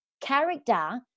character